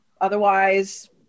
otherwise